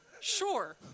Sure